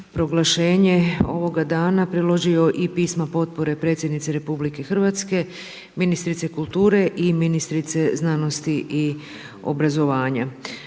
proglašenje ovoga dana priložio i pismo potpore Predsjednici Republike Hrvatske, ministrici kulture i ministrici znanosti i obrazovanja.